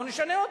בואו נשנה אותו.